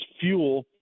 fuel